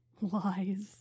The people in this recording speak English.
lies